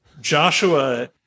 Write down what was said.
Joshua